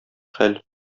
хәл